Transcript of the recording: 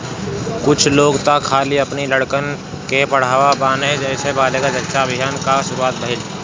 कुछ लोग तअ खाली अपनी लड़कन के पढ़ावत बाने जेसे बालिका शिक्षा अभियान कअ शुरुआत भईल